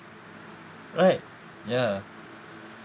right ya